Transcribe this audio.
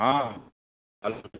ہاں